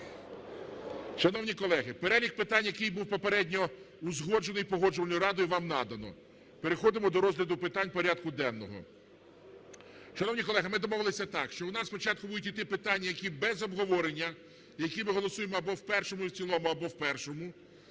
Шановні колеги, перелік питань, який був попередньо узгоджений Погоджувальною радою, вам надано. Переходимо до розгляду питань порядку денного. Шановні колеги, ми домовилися так, що у нас спочатку будуть йти питання, які без обговорення, які ми голосуємо або в першому і в цілому, або в першому.